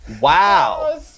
Wow